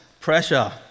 pressure